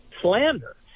slander